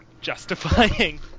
justifying